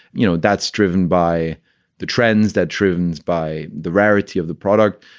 you know, that's driven by the trends that trumans by the rarity of the product.